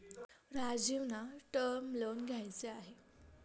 राजीवना term loan घ्यायचे आहे